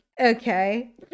okay